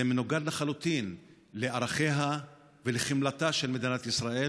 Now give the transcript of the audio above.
זה מנוגד לחלוטין לערכיה ולחמלתה של מדינת ישראל.